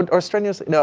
and or strenuously, no,